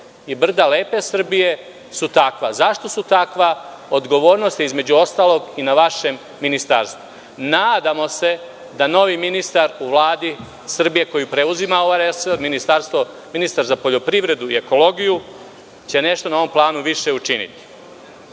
i brda lepe Srbije su takva. Zašto su takva? Odgovornost, između ostalog, je i na vašem ministarstvu. Nadamo se da novi ministar u Vladi Srbije koji preuzima ovaj resor, ministar za poljoprivredu i ekologiju, će nešto na ovom planu više